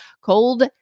cold